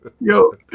yo